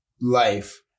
life